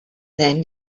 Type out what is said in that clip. then